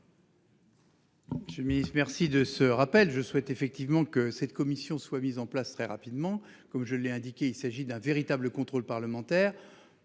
président Cambon. Je. Merci de ce rappel. Je souhaite effectivement que cette commission soit mise en place très rapidement, comme je l'ai indiqué, il s'agit d'un véritable contrôle parlementaire.